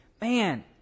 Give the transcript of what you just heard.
man